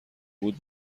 بود